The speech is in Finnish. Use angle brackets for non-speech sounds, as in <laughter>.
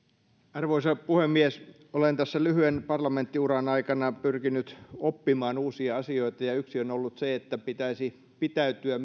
arvoisa puhemies olen tässä lyhyen parlamenttiuran aikana pyrkinyt oppimaan uusia asioita ja yksi on ollut se että pitäisi pitäytyä <unintelligible>